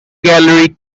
gallery